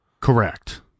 Correct